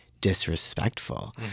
disrespectful